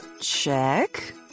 Check